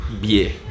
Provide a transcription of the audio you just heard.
beer